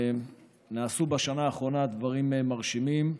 נעשו בשנה האחרונה דברים מרשימים.